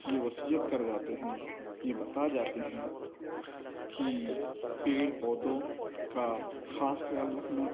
یہ وصیت کر جاتے ہیں یہ بتا جاتے ہیں کہ پیڑ پودوں کا خاص خیال رکھنا